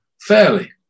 fairly